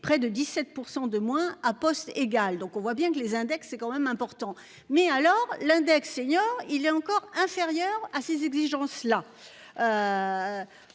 près de 17% de moins à poste égal, donc on voit bien que les index c'est quand même important, mais alors l'index senior. Il est encore inférieur à ses exigences là.